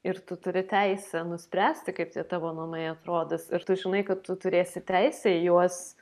ir tu turi teisę nuspręsti kaip tie tavo namai atrodys ir tu žinai kad tu turėsi teisę į juos